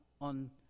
on